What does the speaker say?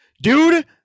dude